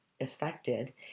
affected